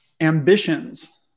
ambitions